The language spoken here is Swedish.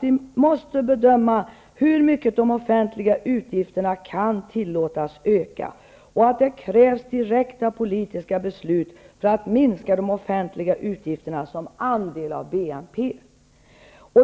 vi måste bedöma hur mycket de offentliga utgifterna kan tillåtas öka, och att det krävs direkta politiska beslut för att minska de offentliga utgifterna som andel av BNP.